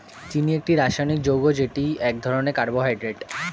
চিনি একটি রাসায়নিক যৌগ যেটি এক ধরনের কার্বোহাইড্রেট